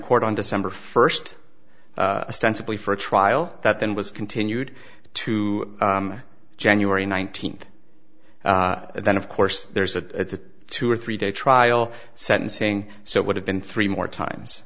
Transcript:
court on december first sensibly for a trial that then was continued to january nineteenth and then of course there's a two or three day trial sentencing so it would have been three more times